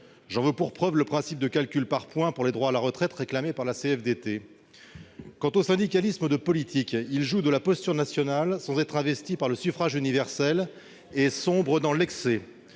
J'en veux pour preuve le principe du calcul par points pour les droits à la retraite réclamé par la CFDT. Quant au syndicalisme de politiques, il joue de la posture nationale sans être investi par le suffrage universel et sombre dans l'excès